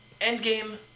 Endgame